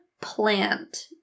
plant